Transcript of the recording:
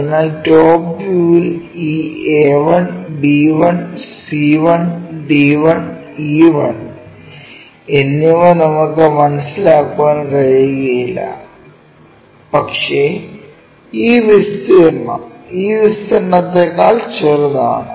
അതിനാൽ ടോപ് വ്യൂവിൽ ഈ A1 B1 C1 D1 E1 എന്നിവ നമുക്ക് മനസ്സിലാക്കാൻ കഴിയില്ല പക്ഷേ ഈ വിസ്തീർണ്ണം ഈ വിസ്തീർണ്ണത്തേക്കാൾ ചെറുതാണ്